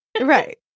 Right